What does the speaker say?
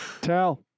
tell